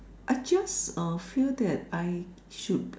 I just uh feel that I should